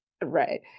right